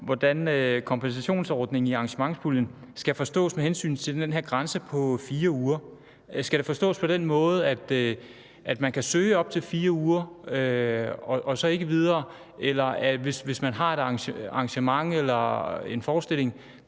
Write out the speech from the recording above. hvordan kompensationsordningen i arrangementspuljen skal forstås med hensyn til den her grænse på 4 uger. Skal det forstås på den måde, at man kan søge til arrangementer på op til 4 uger og ikke længere, og at man, hvis man har et arrangement eller en forestilling,